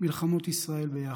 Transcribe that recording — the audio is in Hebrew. מלחמות ישראל ביחד.